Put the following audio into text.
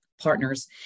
partners